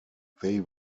they